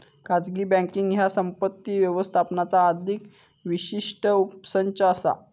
खाजगी बँकींग ह्या संपत्ती व्यवस्थापनाचा अधिक विशिष्ट उपसंच असा